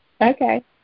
Okay